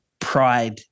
pride